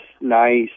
nice